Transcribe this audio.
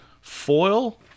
Foil